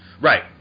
Right